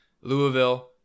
Louisville